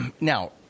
Now